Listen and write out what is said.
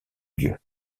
lieu